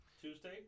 Tuesday